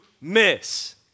miss